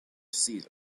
season